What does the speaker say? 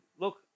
look